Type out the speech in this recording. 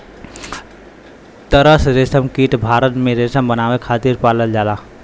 तसर रेशमकीट भारत में रेशम बनावे खातिर पालल जाला